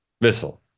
missile